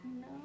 No